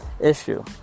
issue